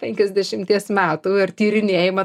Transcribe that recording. penkiasdešimties metų ir tyrinėjimą